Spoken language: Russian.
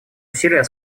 усилия